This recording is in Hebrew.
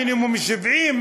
מינימום 70,